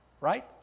right